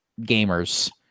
gamers